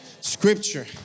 Scripture